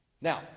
Now